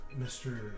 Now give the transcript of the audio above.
Mr